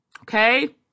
Okay